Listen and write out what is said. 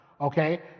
Okay